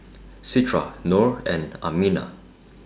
Citra Nor and Aminah